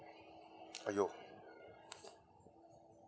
!aiyo!